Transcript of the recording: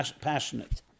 passionate